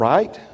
Right